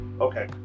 Okay